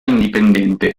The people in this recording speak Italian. indipendente